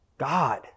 God